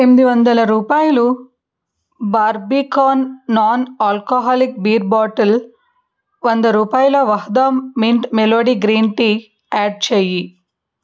ఎనిమిది వందల రూపాయలు Barbican non alcoholic beer bottle వంద రూపాయల Vahdam mint melody green tea add చెయ్యి